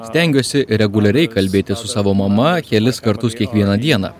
stengiuosi reguliariai kalbėtis su savo mama kelis kartus kiekvieną dieną